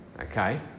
Okay